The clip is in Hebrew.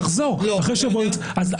יחזור ואחרי שבוע ירצה לצאת שוב.